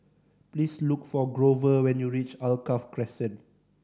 please look for Grover when you reach Alkaff Crescent